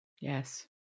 Yes